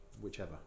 whichever